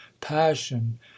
passion